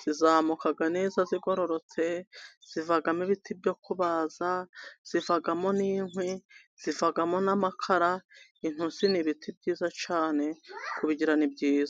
zizamuka neza zigororotse. Zivamo ibiti byo kubaza, zivamo n'inkwi, zivamo n'amakara. Intusi ni ibiti byiza cyane kubigira ni byiza.